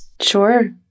Sure